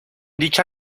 dicha